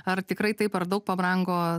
ar tikrai taip ar daug pabrango